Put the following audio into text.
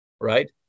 right